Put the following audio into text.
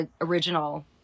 original